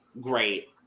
great